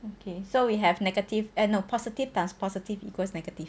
okay so we have negative and no positive times positive equals negative